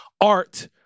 art